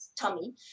tummy